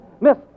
Miss